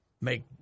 make